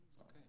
Okay